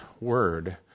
word